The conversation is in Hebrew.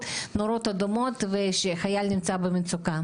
נורות אדומות ושחייל נמצא במצוקה.